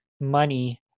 money